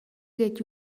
гээд